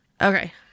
Okay